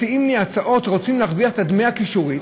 מציעים לי הצעות, רוצים להרוויח את דמי הקישוריות,